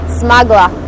smuggler